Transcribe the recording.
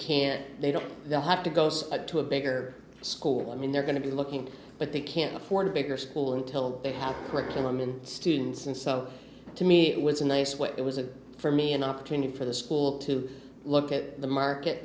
can't they don't they'll have to go to a bigger school i mean they're going to be looking but they can't afford a bigger school until they have curriculum and students and so to me it was a nice way it was a for me an opportunity for the school to look at the market